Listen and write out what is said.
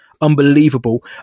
unbelievable